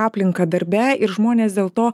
aplinką darbe ir žmonės dėl to